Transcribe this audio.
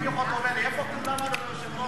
ציפי חוטובלי, איפה כולם, אדוני היושב-ראש?